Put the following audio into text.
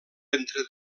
entre